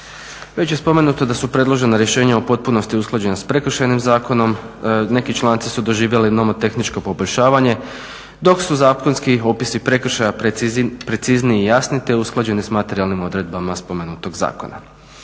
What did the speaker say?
Već je spomenuto da su predložena rješenja u potpunosti usklađena s Prekršajnim zakonom, neki članci su doživjeli nomotehničko poboljšanje dok su zakonski opisi prekršaja precizniji i jasniji te usklađeni s materijalnim odredbama spomenutog zakona.